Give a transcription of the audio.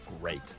great